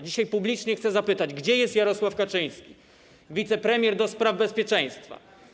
Dzisiaj publicznie chcę zapytać: Gdzie jest Jarosław Kaczyński, wicepremier do spraw bezpieczeństwa?